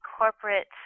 corporate